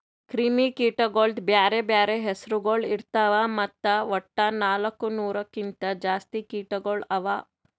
ಕ್ರಿಮಿ ಕೀಟಗೊಳ್ದು ಬ್ಯಾರೆ ಬ್ಯಾರೆ ಹೆಸುರಗೊಳ್ ಇರ್ತಾವ್ ಮತ್ತ ವಟ್ಟ ನಾಲ್ಕು ನೂರು ಕಿಂತ್ ಜಾಸ್ತಿ ಕೀಟಗೊಳ್ ಅವಾ